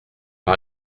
par